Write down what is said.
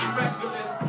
reckless